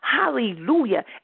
Hallelujah